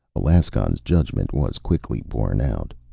alaskon's judgment was quickly borne out.